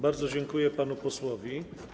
Bardzo dziękuję panu posłowi.